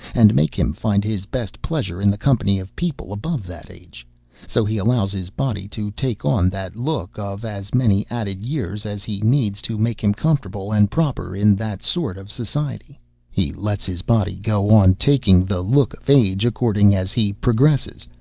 and make him find his best pleasure in the company of people above that age so he allows his body to take on that look of as many added years as he needs to make him comfortable and proper in that sort of society he lets his body go on taking the look of age, according as he progresses,